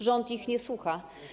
Rząd ich nie słucha.